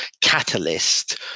catalyst